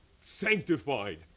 Sanctified